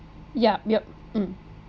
ya yup mm